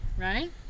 right